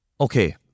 okay